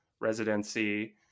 residency